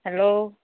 hello